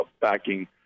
backing